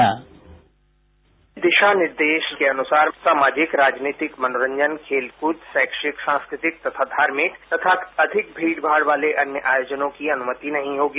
sound bite दिशा निर्देश के अनुसार सामाजिक राजनीतिक मनोरंजन खेल कूद शैक्षिक सांस्कृतिक धार्मिक तथा अधिक भीड़माड़ वाले अन्य आयोजनों की अनुमति नहीं होगी